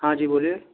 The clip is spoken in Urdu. ہاں جی بولیے